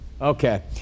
Okay